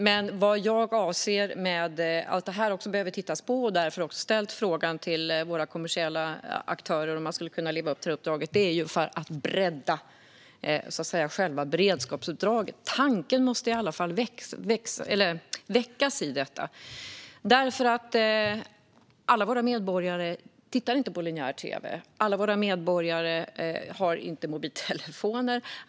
Men vad jag avser med att detta behöver tittas på - och därför har jag också ställt frågan till våra kommersiella aktörer om de skulle kunna leva upp till uppdraget - är att bredda själva beredskapsuppdraget. Tanken måste i alla fall väckas i detta. Alla våra medborgare tittar inte på linjär tv. Alla våra medborgare har inte mobiltelefoner.